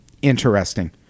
Interesting